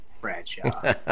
Bradshaw